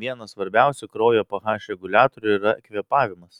vienas svarbiausių kraujo ph reguliatorių yra kvėpavimas